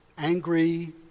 angry